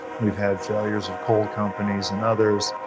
we've had failures of coal companies and others,